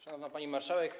Szanowna Pani Marszałek!